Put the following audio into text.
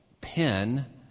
pen